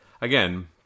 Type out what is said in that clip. Again